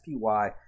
spy